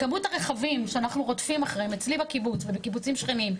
כמות הרכבים שאנחנו רודפים אחריהם אצלי בקיבוץ ובקיבוצים שכנים,